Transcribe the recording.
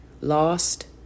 lost